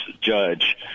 judge